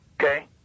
okay